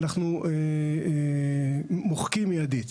אנחנו מוחקים מיידית.